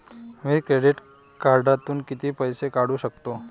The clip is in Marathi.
मी क्रेडिट कार्डातून किती पैसे काढू शकतो?